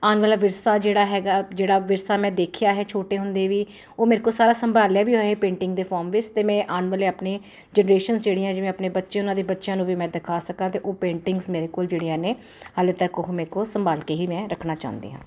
ਆਉਣ ਵਾਲਾ ਵਿਰਸਾ ਜਿਹੜਾ ਹੈਗਾ ਜਿਹੜਾ ਵਿਰਸਾ ਮੈਂ ਦੇਖਿਆ ਹੈ ਛੋਟੇ ਹੁੰਦੇ ਵੀ ਉਹ ਮੇਰੇ ਕੋਲ ਸਾਰਾ ਸੰਭਾਲਿਆ ਵੀ ਹੋਏ ਪੇਂਟਿੰਗ ਦੇ ਫੋਰਮ ਵਿੱਚ ਅਤੇ ਮੈਂ ਆਉਣ ਵਾਲੇ ਆਪਣੇ ਜਨਰੇਸ਼ਨ ਜਿਹੜੀਆਂ ਜਿਵੇਂ ਆਪਣੇ ਬੱਚੇ ਉਹਨਾਂ ਦੇ ਬੱਚਿਆਂ ਨੂੰ ਵੀ ਮੈਂ ਦਿਖਾ ਸਕਾਂ ਤੇ ਉਹ ਪੇਂਟਿੰਗ ਮੇਰੇ ਕੋਲ ਜਿਹੜੀਆਂ ਨੇ ਹਾਲੇ ਤੱਕ ਉਹ ਮੇਰੇ ਕੋਲ ਸੰਭਾਲ ਕੇ ਹੀ ਮੈਂ ਰੱਖਣਾ ਚਾਹੁੰਦੀ ਹਾਂ